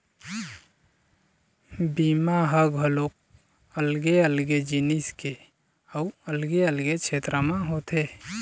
बीमा ह घलोक अलगे अलगे जिनिस के अउ अलगे अलगे छेत्र म होथे